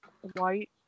white